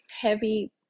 heavy